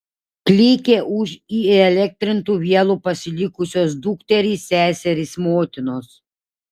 klykė už įelektrintų vielų pasilikusios dukterys seserys motinos